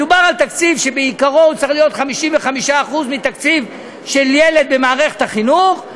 מדובר בתקציב שבעיקרו הוא צריך להיות 55% מתקציב של ילד במערכת החינוך.